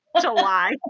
July